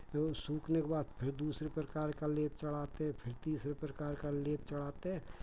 एवं सूखने के बाद फिर दूसरे प्रकार का लेप चढ़ाते हैं फिर तीसरे प्रकार का लेप चढ़ाते हैं